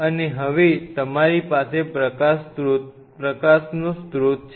અને હવે તમારી પાસે પ્રકાશનો સ્રોત છે